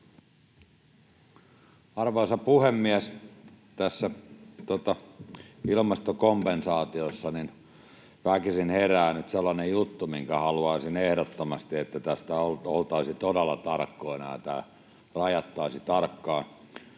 Arvoisa puhemies! Tässä ilmastokompensaatiossa väkisin herää nyt sellainen juttu, että haluaisin ehdottomasti, että tästä oltaisiin todella tarkkoina ja tämä rajattaisiin tarkkaan.